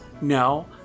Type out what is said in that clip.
no